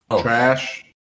trash